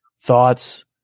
thoughts